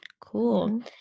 cool